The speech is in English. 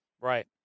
Right